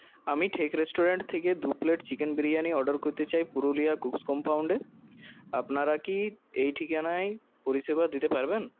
আমি ঠেক রেস্টোরেন্ট থেকে দু প্লেট চিকেন বিরিয়ানী অর্ডার করতে চাই পুরুলিয়া কুকস কম্পাউণ্ডে আপনারা কি এই ঠিকানায় পরিষেবা দিতে পারবেন